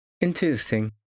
Interesting